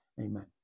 Amen